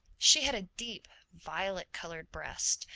she had a deep violet-colored breast,